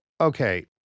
Okay